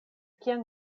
kian